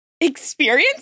Experience